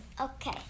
Okay